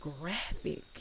graphic